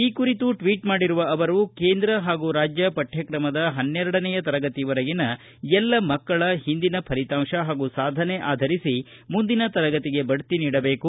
ಈ ಕುರಿತು ಟ್ವೀಟ್ ಮಾಡಿರುವ ಅವರು ಕೇಂದ್ರ ಹಾಗೂ ರಾಜ್ಯ ಪಠ್ಕಕ್ರಮದ ಪನ್ನೆರಡನೆಯ ತರಗತಿವರಗಿನ ಎಲ್ಲ ಮಕ್ಕಳ ಹಿಂದಿನ ಫಲಿತಾಂಶ ಹಾಗೂ ಸಾಧನೆ ಆಧರಿಸಿ ಮುಂದಿನ ತರಗತಿಗೆ ಬಡ್ತಿ ನೀಡಬೇಕು